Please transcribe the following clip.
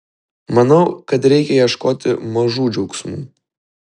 manau kad reikia ieškoti mažų džiaugsmų